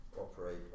operate